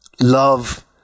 love